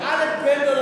תשאל את בן-דודתך,